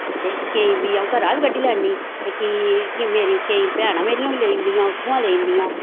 ते केंई बीऽ अऊं घरा बी कड्डी लैन्नी ते केंई मेरी केंई भैनां मेरियां बी लेई औंदियां उत्थुआं लेई औनी अ'ऊं